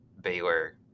Baylor